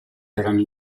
erano